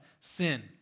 sin